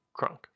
crunk